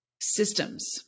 systems